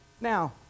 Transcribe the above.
now